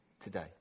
today